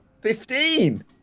Fifteen